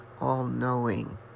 all-knowing